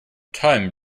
time